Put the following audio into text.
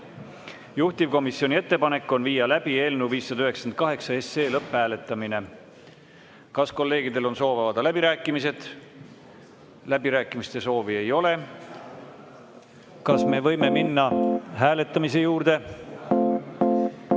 Juhtivkomisjoni ettepanek on viia läbi eelnõu 598 lõpphääletamine. Kas kolleegidel on soov avada läbirääkimised? Läbirääkimiste soovi ei ole. Kas me võime minna hääletamise juurde?